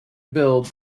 build